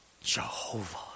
Jehovah